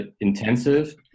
intensive